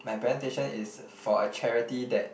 my presentation is for a charity that